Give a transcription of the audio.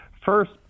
First